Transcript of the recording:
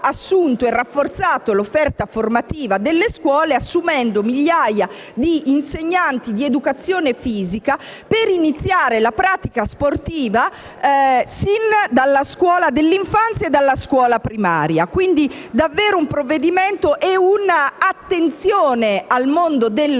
e rafforzato l'offerta formativa delle scuole, assumendo migliaia di insegnanti di educazione fisica per iniziare la pratica sportiva sin dalla scuola dell'infanzia e dalla scuola primaria. Si tratta di un provvedimento e di un'attenzione al mondo dello